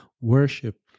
Worship